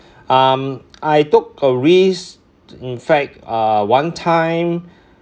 um I took a risk in fact uh one time